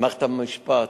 מערכת המשפט,